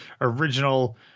original